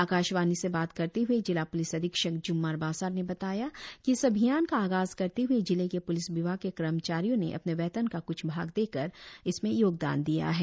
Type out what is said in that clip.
आकाशवाणी से बात करते हए जिला प्लिस अधीक्षक ज्म्मार बासार ने बताया कि इस अभियान का आगाज करते हुए जिले के प्लिस विभाग के कर्मचारी अपनी वेतन का क्छ भाग देकर इस अभियान में योगदान दे रहे है